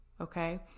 okay